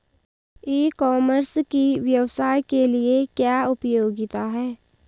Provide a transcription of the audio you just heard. ई commerce की व्यवसाय के लिए क्या उपयोगिता है?